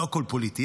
לא הכול פוליטי.